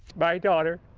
my daughter,